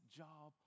job